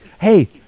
hey